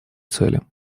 цели